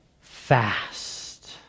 fast